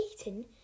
eaten